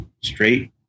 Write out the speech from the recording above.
straight